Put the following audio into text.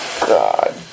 God